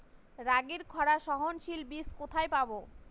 রাগির খরা সহনশীল বীজ কোথায় পাবো?